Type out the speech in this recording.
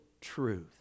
truth